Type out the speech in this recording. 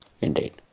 indeed